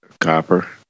Copper